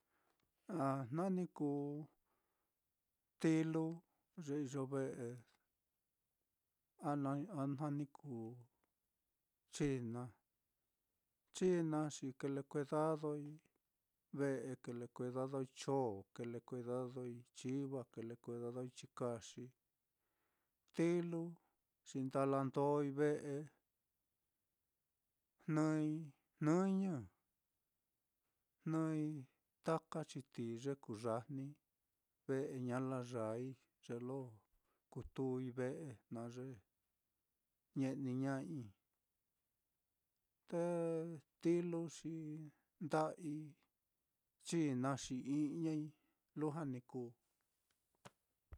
Ah, jna ni kuu tilu ye iyo ve'e, a-a na ni kuu china, china xi kile kuidadoi ve'e, kile kuidadoi chon, kile kuidadoi chiva, kile kuidadoi chikaxi, tilu xi ndala ndói ve'e, jnɨi jnɨñɨ, jnɨi taka chitií ye kuyajnii ve'e, ña layaai ye lo kutui ve'e, na ye ñe'niña'ai, te tilu xi nda'ii, china xi ijñai, lujua ni kuu.